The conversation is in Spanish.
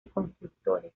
constructores